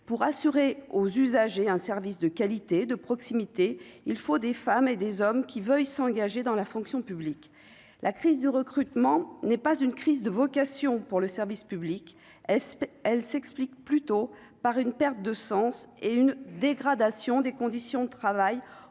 pour assurer aux usagers un service de qualité et de proximité, il faut des femmes et des hommes qui veuille s'engager dans la fonction publique, la crise de recrutement n'est pas une crise de vocation pour le service public est, elle s'explique plutôt par une perte de sens et une dégradation des conditions de travail